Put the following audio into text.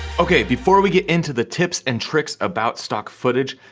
okay, before we get into the tips and tricks about stock footage,